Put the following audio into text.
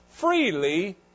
Freely